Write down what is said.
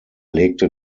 legte